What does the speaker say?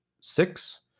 six